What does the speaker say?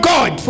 God